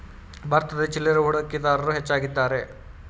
ಭಾರತದಲ್ಲಿ ಚಿಲ್ಲರೆ ಹೂಡಿಕೆದಾರರು ಹೆಚ್ಚಾಗಿದ್ದಾರೆ